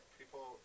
people